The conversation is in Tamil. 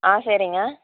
ஆ சரிங்க